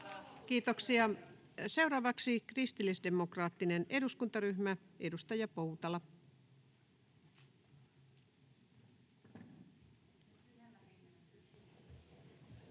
Kiitoksia. — Seuraavaksi kristillisdemokraattinen eduskuntaryhmä, edustaja Poutala. [Speech